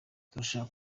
turashaka